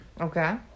Okay